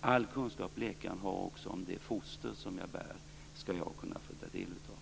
All kunskap som läkaren har om det foster som jag bär skall jag också kunna få ta del av.